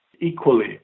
equally